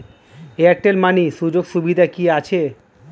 Airtel money সুযোগ সুবিধা কি আছে?